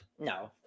No